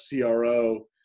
cro